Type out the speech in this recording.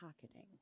pocketing